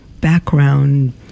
background